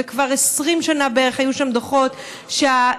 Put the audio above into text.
וכבר 20 שנה בערך היו שם דוחות שהבריכות